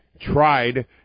tried